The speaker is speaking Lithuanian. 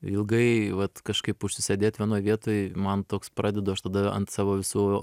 ilgai vat kažkaip užsisėdėt vienoj vietoj man toks pradedu aš tada ant savo visų